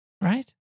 right